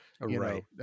right